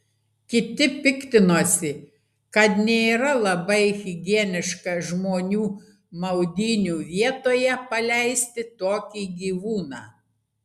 kiti piktinosi kad nėra labai higieniška žmonių maudynių vietoje paleisti tokį gyvūną